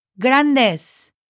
grandes